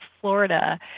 Florida